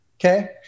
Okay